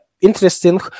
interesting